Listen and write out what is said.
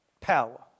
power